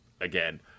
again